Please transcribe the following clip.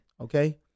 Okay